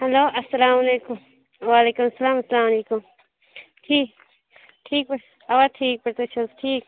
hello اَسلام علیکُم وعلیکُم سلام سلام علیکُم ٹھیٖک ٹھیٖک پٲٹھۍ اَوا ٹھیٖک پٲٹھۍ تُہۍ چھُو حظ ٹھیٖک